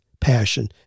passion